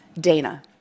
Dana